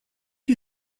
you